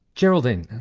geraldine,